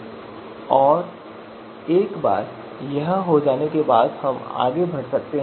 इसलिए प्रत्येक कॉलम के लिए इसलिए प्रत्येक मानदंड के संबंध में हम कुछ गणना करते हैं